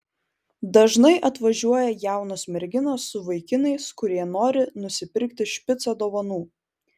dažnai atvažiuoja jaunos merginos su vaikinais kurie nori nusipirkti špicą dovanų